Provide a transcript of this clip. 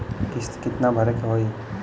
किस्त कितना भरे के होइ?